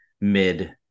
mid